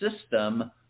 system